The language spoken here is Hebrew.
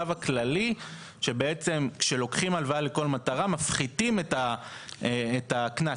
הכללי שכשלוקחים הלוואה לכל מטרה מפחיתים את הקנס,